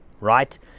right